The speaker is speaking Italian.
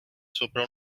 sopra